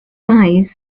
size